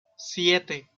siete